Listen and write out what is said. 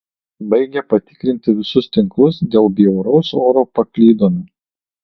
baigę patikrinti visus tinklus dėl bjauraus oro paklydome